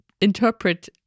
interpret